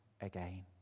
again